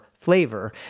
flavor